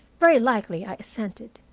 very likely, i assented.